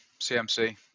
CMC